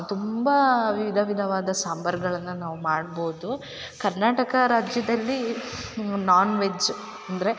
ತುಂಬ ವಿಧವಿಧವಾದ ಸಾಂಬಾರ್ಗಳನ್ನು ನಾವು ಮಾಡ್ಬೋದು ಕರ್ನಾಟಕ ರಾಜ್ಯದಲ್ಲಿ ನಾನ್ವೆಜ್ ಅಂದರೆ